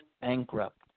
bankrupt